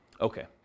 okay